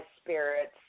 spirits